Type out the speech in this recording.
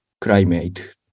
climate